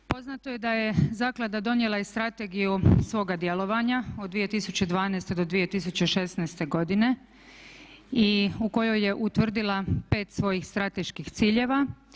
Poznato je da je zaklada donijela i strategiju svoga djelovanja od 2012. do 2016. godine i u kojoj je utvrdila pet svojih strateških ciljeva.